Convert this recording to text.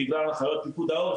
בגלל הנחיות פיקוד העורף,